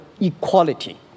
equality